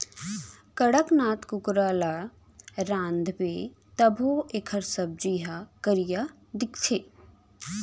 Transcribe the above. कड़कनाथ कुकरा ल रांधबे तभो एकर सब्जी ह करिया दिखथे